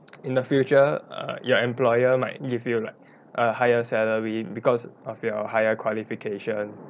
in the future err your employer might give you like a higher salary because of your higher qualification